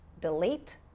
delete